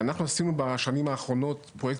אנחנו עשינו בשנים האחרונות פרויקט